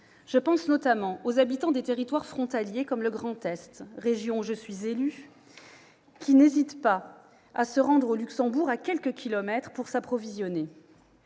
Je pense notamment aux habitants des territoires frontaliers, comme dans le Grand Est- région où je suis élue -, qui n'hésitent pas à se rendre au Luxembourg, à quelques kilomètres, pour s'approvisionner.